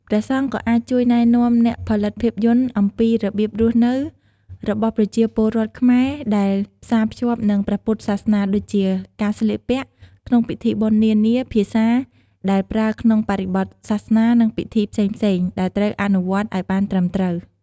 ព្រះសង្ឃក៏អាចជួយណែនាំអ្នកផលិតភាពយន្តអំពី របៀបរស់នៅ របស់ប្រជាពលរដ្ឋខ្មែរដែលផ្សារភ្ជាប់នឹងព្រះពុទ្ធសាសនា ដូចជា ការស្លៀកពាក់ ក្នុងពិធីបុណ្យនានា ភាសា ដែលប្រើក្នុងបរិបទសាសនា និង ពិធីផ្សេងៗ ដែលត្រូវអនុវត្តឲ្យបានត្រឹមត្រូវ។